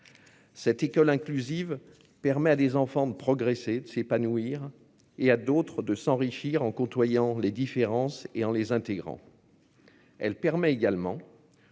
Cette école inclusive permet à des enfants de progresser de s'épanouir et à d'autres de s'enrichir en côtoyant les différences et en les intégrant. Elle permet également.